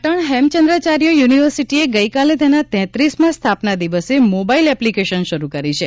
પાટણ હેમચંદ્રાચાર્ય યુનિવર્સિટીએ ગઇકાલે તેના ઉઉમા સ્થાપના દિવસે મોબાઇલ એપ્લિકેશન શરૂ કરી છે